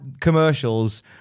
commercials